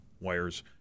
wires